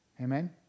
Amen